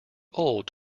old